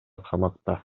камакта